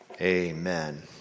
amen